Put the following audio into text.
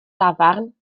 dafarn